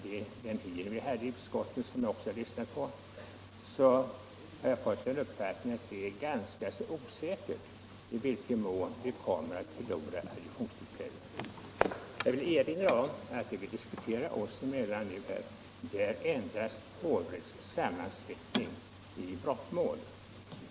den hearing vi hade i utskottet och som jag också lyssnade till, har givit mig uppfattningen att det är ganska osäkert i vilken mån vi kommer att förlora adjungeringsmöjligheter. Jag vill erinra om att det vi nu diskuterar oss emellan är endast hovrätts sammansättning i brottmål.